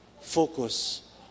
focus